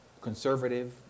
conservative